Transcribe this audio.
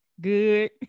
Good